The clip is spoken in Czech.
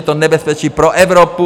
Je to nebezpečí pro Evropu.